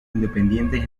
independientes